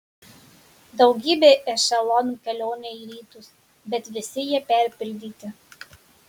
daugybė ešelonų kelionei į rytus bet visi jie perpildyti